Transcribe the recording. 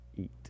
eat